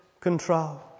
control